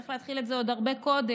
צריך להתחיל את זה עוד הרבה קודם,